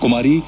Kumari K